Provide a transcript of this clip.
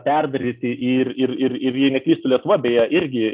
perdaryti ir ir ir ir jei neklystu lietuva beje irgi